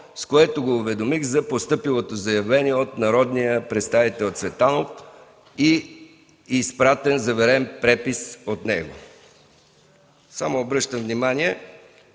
с което го уведомих за постъпилото заявление от народния представител Цветанов и изпратих заверен препис от него. Обръщам внимание,